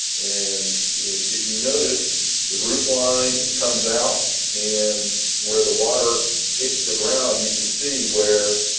and if you notice, the roof line comes out and where the water hits the ground, you can see where